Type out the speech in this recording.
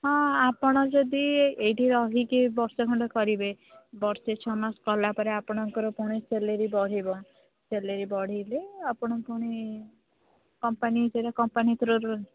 ହଁ ଆପଣ ଯଦି ଏଇଠି ରହିକି ବର୍ଷେ ଖଣ୍ଡେ କରିବେ ବର୍ଷେ ଛଅ ମାସ କଲା ପରେ ଆପଣଣଙ୍କର ପୁଣି ସ୍ୟାଲାରୀ ବଢ଼ିବ ସାଲାରୀ ବଢ଼ିଲେ ଆପଣ ପୁଣି କମ୍ପାନୀ ଉପରେ କମ୍ପାନୀ